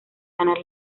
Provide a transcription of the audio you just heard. ganar